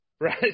Right